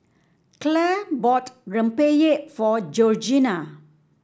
Clair bought rempeyek for Georgiana